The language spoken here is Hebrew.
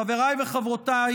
חבריי וחברותיי,